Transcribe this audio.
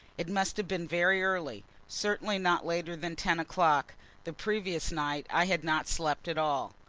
it must have been very early, certainly not later than ten o'clock the previous night i had not slept at all.